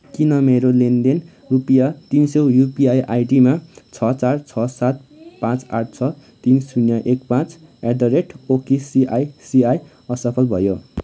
किन मेरो लेनदेन रुपियाँ तिन सौ युपिआई आइडीमा छ चार छ सात पाँच आठ छ तिन शून्य एक पाँच एट द रेट ओकेसिआइसिआई असफल भयो